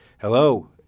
Hello